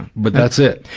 but that's it.